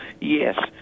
Yes